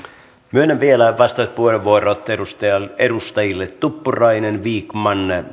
myönnän vielä vastauspuheenvuorot edustajille tuppurainen vikman